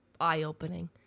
eye-opening